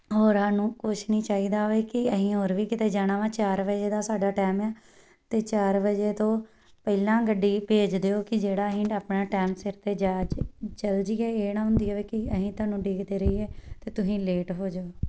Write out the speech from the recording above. ਔਰ ਸਾਨੂੰ ਕੁਛ ਨਹੀਂ ਚਾਹੀਦਾ ਵੀ ਕਿ ਅਸੀਂ ਹੋਰ ਵੀ ਕਿਤੇ ਜਾਣਾ ਵਾ ਚਾਰ ਵਜੇ ਦਾ ਸਾਡਾ ਟਾਈਮ ਆ ਅਤੇ ਚਾਰ ਵਜੇ ਤੋਂ ਪਹਿਲਾਂ ਗੱਡੀ ਭੇਜ ਦਿਓ ਕਿ ਜਿਹੜਾ ਅਸੀਂ ਆਪਣਾ ਟਾਈਮ ਸਿਰ 'ਤੇ ਜਾ ਚ ਚੱਲ ਜਾਈਏ ਇਹ ਨਾ ਹੁੰਦੀ ਹੋਵੇ ਕਿ ਅਸੀਂ ਤੁਹਾਨੂੰ ਉਡੀਕਦੇ ਰਹੀਏ ਅਤੇ ਤੁਸੀਂ ਲੇਟ ਹੋ ਜਾਓ